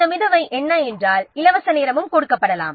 இந்த மிதவை என்ன என்றால் இலவச நேரமும் கொடுக்கப்படலாம்